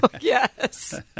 Yes